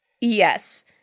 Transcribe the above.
Yes